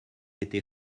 été